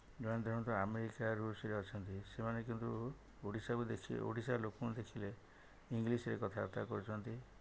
ଜଣେ ଜଣେ ତ ଆମେରିକା ରୁଷ୍ରେ ଅଛନ୍ତି ସେମାନେ କିନ୍ତୁ ଓଡ଼ିଶା ଓଡ଼ିଶାର ଲୋକଙ୍କୁ ଦେଖିଲେ ଇଂଗ୍ଲିଶ୍ରେ କଥାବାର୍ତ୍ତା କରୁଛନ୍ତି